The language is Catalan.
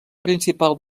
principal